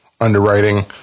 underwriting